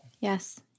Yes